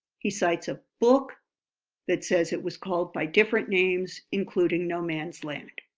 he cites a book that says it was called by different names, including no-man's land.